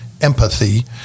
empathy